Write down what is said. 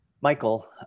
Michael